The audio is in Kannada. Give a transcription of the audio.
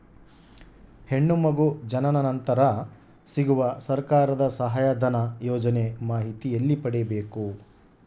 ಹೆಣ್ಣು ಮಗು ಜನನ ನಂತರ ಸಿಗುವ ಸರ್ಕಾರದ ಸಹಾಯಧನ ಯೋಜನೆ ಮಾಹಿತಿ ಎಲ್ಲಿ ಪಡೆಯಬೇಕು?